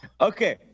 Okay